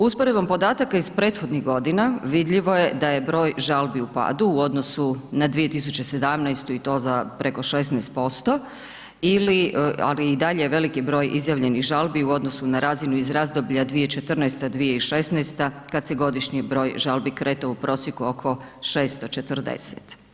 Usporedbom podataka iz prethodnih godina vidljivo je da je broj žalbi u padu u odnosu na 2017. i to za preko 16% ili, ali i dalje veliki broj izjavljenih žalbi u odnosu na razinu iz razdoblja 2014.-2016. kad se godišnji broj žalbi kretao u prosjeku oko 640.